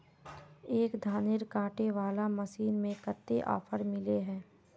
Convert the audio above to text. एक धानेर कांटे वाला मशीन में कते ऑफर मिले है?